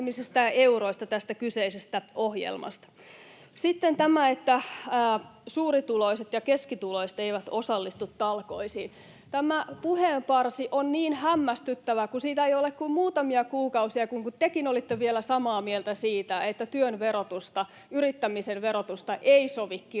ja euroista tästä kyseisestä ohjelmasta. Sitten tämä, että suurituloiset ja keskituloiset eivät osallistu talkoisiin. Tämä puheenparsi on niin hämmästyttävä, kun siitä ei ole kuin muutamia kuukausia, kun tekin olitte vielä samaa mieltä siitä, että työn verotusta, yrittämisen verotusta ei sovi kiristää